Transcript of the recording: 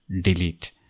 delete